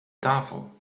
tafel